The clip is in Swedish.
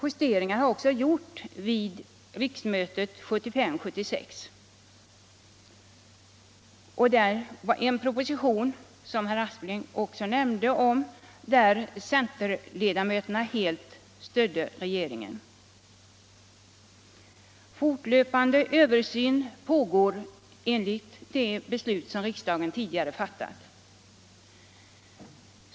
Justeringar har också gjorts vid 1975/76 års riksmöte efter en proposition vilken - som herr Aspling också nämnde — centerledamöterna helt stödde. Fortlöpande översyn pågår enligt de beslut som riksdagen tidigare fattat.